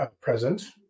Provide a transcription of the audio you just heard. present